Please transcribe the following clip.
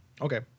Okay